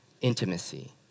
intimacy